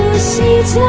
seats